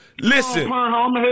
Listen